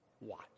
watch